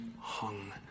hung